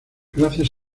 gracias